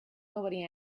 nobody